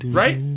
right